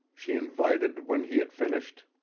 she invited when he had finished.